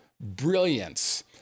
Brilliance